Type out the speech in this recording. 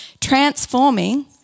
Transforming